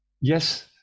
Yes